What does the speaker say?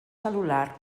cel·lular